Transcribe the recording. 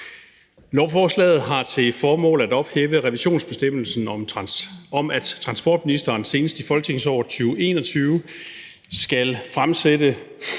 Lovforslaget har til formål at ophæve revisionsbestemmelsen om, at transportministeren senest i folketingsåret 2021 skal fremsætte